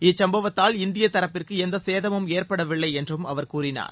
இச்சும்பவத்தால் இந்திய தரப்பிற்கு எந்த சேதமும் ஏற்படவில்லை என்றும் அவர் கூறினார்